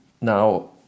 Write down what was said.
Now